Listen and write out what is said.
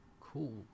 cool